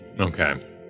Okay